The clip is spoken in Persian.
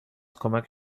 کمک